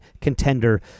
contender